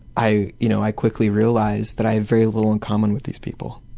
i you know i quickly realized that i have very little in common with these people.